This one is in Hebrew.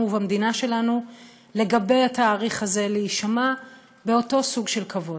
ובמדינה שלנו לגבי התאריך הזה להישמע באותו סוג של כבוד.